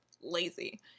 lazy